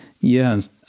Yes